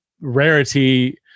rarity